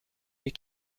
mais